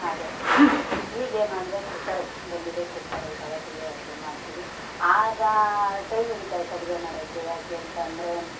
ಆದಷ್ಟು ಈಗೇನು ಅಂದರೆ ಕುಕ್ಕರ್ಗಳು ಬಂದಿದೆ ಕುಕ್ಕರಲ್ಲಿ ತಗೊತೀವಿ ಅಡುಗೆ ಮಾಡ್ತೀವಿ ಆಗ ಟೈಮ್ ಹಿಡಿತಾ ಇತ್ತು ಅಡುಗೆ ಮಾಡೋಕ್ಕೆ ಯಾಕೆ ಅಂತ ಅಂದರೆ